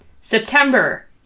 September